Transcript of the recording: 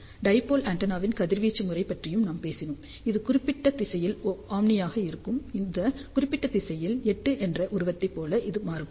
dipole ஆண்டெனாவின் கதிர்வீச்சு முறை பற்றியும் நாம் பேசினோம் இது குறிப்பிட்ட திசையில் ஓம்னியாக இருக்கும் இந்த குறிப்பிட்ட திசையில் 8 என்ற உருவத்தைப் போல இது மாறுபடும்